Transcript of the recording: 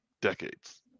decades